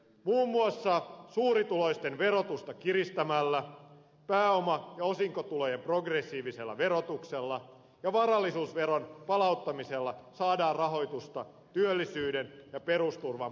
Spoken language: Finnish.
muun muassa suurituloisten verotusta kiristämällä pääoma ja osinkotulojen progressiivisella verotuksella ja varallisuusveron palauttamisella saadaan rahoitusta työllisyyden ja perusturvan parantamiseksi